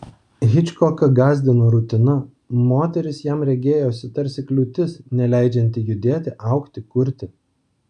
hičkoką gąsdino rutina moteris jam regėjosi tarsi kliūtis neleidžianti judėti augti kurti